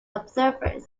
observers